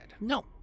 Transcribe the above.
No